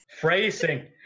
Phrasing